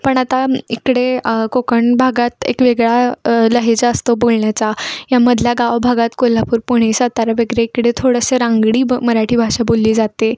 पण आता इकडे कोकण भागात एक वेगळा लहेजा असतो बोलण्याचा यामधल्या गाव भागात कोल्हापूर पुणे सातरा वगैरे इकडे थोडंसं रांगडी ब मराठी भाषा बोलली जाते